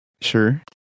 sure